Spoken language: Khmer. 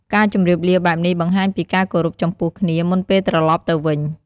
ការជម្រាបលាបែបនេះ បង្ហាញពីការគោរពចំពោះគ្នា មុនពេលត្រឡប់ទៅវិញ។